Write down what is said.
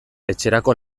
etxerako